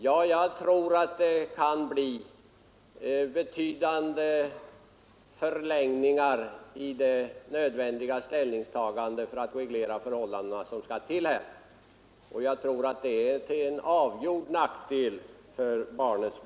Ja, jag tror att det kan medföra betydande förlängningar i de ställningstaganden som är nödvändiga för att reglera vårdnadsförhållandena, och jag tror att det är till avgjord nackdel för barnet.